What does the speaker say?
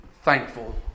thankful